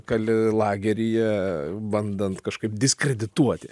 kali lageryje bandant kažkaip diskredituoti